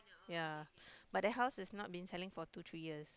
ya but that house has not been selling for two three years